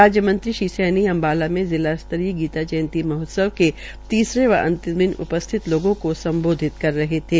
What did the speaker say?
राज्य मंत्री श्री सैनी अम्बाला में जिला स्तरीय गीता जयंती महोत्सव के तीसरे दिन अम्बाला के तीसरे व अंतिम दिन उपस्थित लोगों को सम्बोधित कर रहे थे